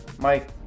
Mike